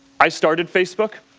i started facebook.